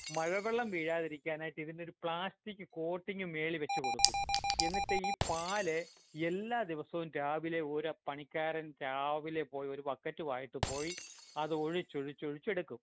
മഴവെള്ളം വീഴാതിരിക്കാനായ്ട്ടിതിനൊര് plastic coating മുകളിൽ വെച്ച് കൊടുക്കും എന്നിട്ട് ഈ പാല് എല്ലാ ദിവസവും രാവിലെ ഒരു പണിക്കാരൻ രാവിലെ പോയൊര് ബക്കറ്റുവായിട്ട് പോയി അത് ഒഴിച്ചൊഴിച്ചൊഴിച്ചെട്ക്കും